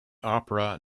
opera